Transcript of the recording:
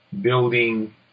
building